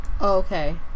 Okay